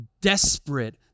desperate